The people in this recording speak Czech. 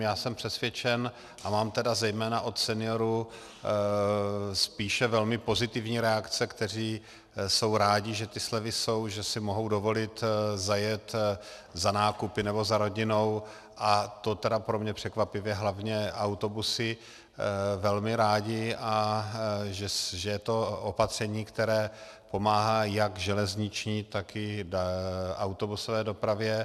Já jsem přesvědčen, a mám tedy zejména od seniorů spíše velmi pozitivní reakce, kteří jsou rádi, že slevy jsou, že si mohou dovolit zajet za nákupy nebo za rodinou, a to tedy pro mě překvapivě hlavně autobusy, velmi rádi, že je to opatření, které pomáhá jak železniční, tak i autobusové dopravě.